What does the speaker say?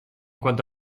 cuanto